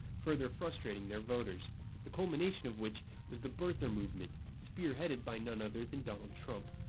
further frustrating their voters the culmination of which was the birther movement, spearheaded by none other than donald trump,